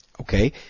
Okay